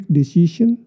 decision